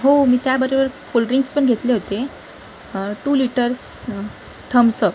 हो मी त्याबरोबर कोल्ड्रिंक्स पण घेतले होते टू लिटर्स थम्स अप